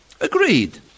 Agreed